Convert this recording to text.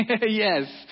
Yes